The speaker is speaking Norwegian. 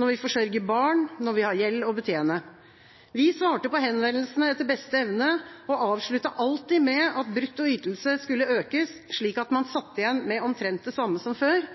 når vi forsørger barn, når vi har gjeld å betjene. Vi svarte på henvendelsene etter beste evne og avsluttet alltid med at brutto ytelse skulle økes, slik at man satt igjen med omtrent det samme som før,